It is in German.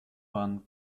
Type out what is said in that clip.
waren